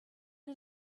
had